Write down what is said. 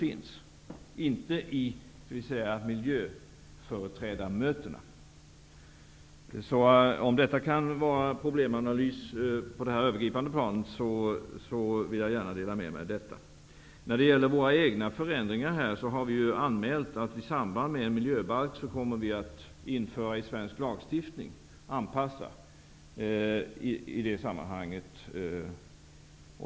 Det är där det finns problem, och inte på miljöföreträdarmötena. Om detta kan vara en problemanalys på ett övergripande plan delar jag gärna med mig. När det gäller förändringar hos oss har vi anmält att vi i samband med att en miljöbalk införs i svensk lagstiftning kommer att anpassa.